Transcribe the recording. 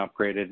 upgraded